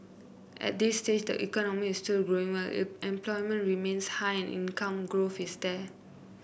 at this stage the economy is still growing well employment remains high and income growth is there